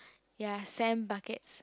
ya same buckets